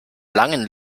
langen